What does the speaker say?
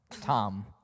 Tom